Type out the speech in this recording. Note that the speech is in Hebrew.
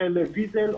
רחל ויזל,